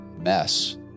mess